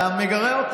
אתה מגרה אותם.